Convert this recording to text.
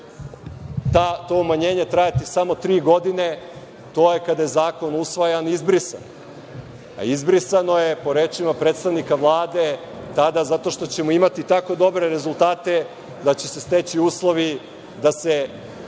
to umanjenje trajati samo tri godine, to je kada je zakon usvajan izbrisano, a izbrisano je, po rečima predsednika Vlade, tada zato što ćemo imati tako dobre rezultate da će se steći uslovi da